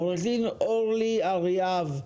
עו"ד אורלי אריאב,